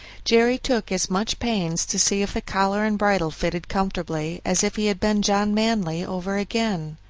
jerry took as much pains to see if the collar and bridle fitted comfortably as if he had been john manly over again.